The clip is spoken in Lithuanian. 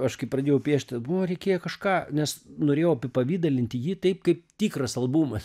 aš kai pradėjau piešt buvo reikėjo kažką nes norėjau apipavidalint jį taip kaip tikras albumas